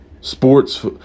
sports